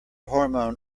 hormone